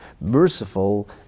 merciful